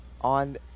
on